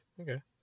Okay